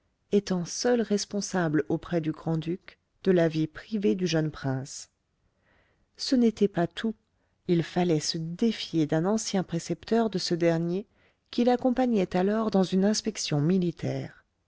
étant seul responsable auprès du grand-duc de la vie privée du jeune prince ce n'était pas tout il fallait se défier d'un ancien précepteur de ce dernier qui l'accompagnait alors dans une inspection militaire